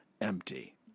empty